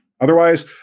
Otherwise